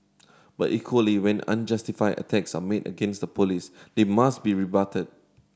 but equally when unjustified attacks are made against the Police they must be rebutted